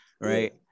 right